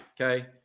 Okay